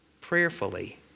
prayerfully